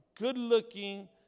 good-looking